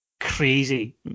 crazy